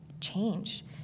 change